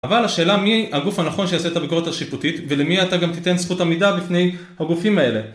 אבל השאלה מי הגוף הנכון שיעשה את הביקורת השיפוטית ולמי אתה גם תיתן זכות עמידה בפני הגופים האלה?